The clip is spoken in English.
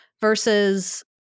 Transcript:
versus